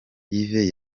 yves